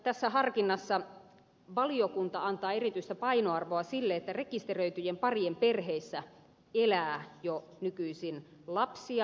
tässä harkinnassa valiokunta antaa erityistä painoarvoa sille että rekisteröityjen parien perheissä elää jo nykyisin lapsia